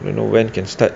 you know when can start